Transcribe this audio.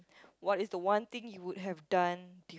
what is the one thing you would have done